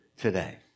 today